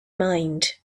mind